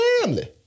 family